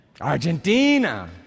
Argentina